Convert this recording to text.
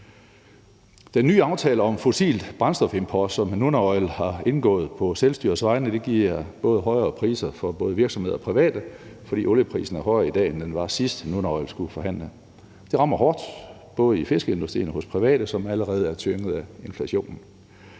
Den nye aftale om import af fossile brændstoffer, som Nunaoil har indgået på selvstyrets vegne, giver højere priser for både virksomheder og private, fordi olieprisen er højere i dag, end den var sidst, Nunaoil skulle forhandle. Det rammer hårdt både i fiskeindustrien og hos private, som allerede er tynget af inflationen.